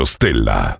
Stella